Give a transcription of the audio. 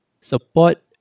support